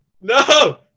no